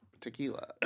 tequila